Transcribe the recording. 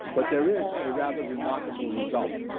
but there is a rather remarkable result.